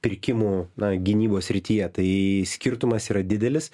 pirkimų na gynybos srityje tai skirtumas yra didelis